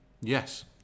Yes